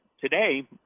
Today